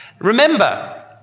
Remember